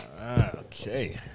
Okay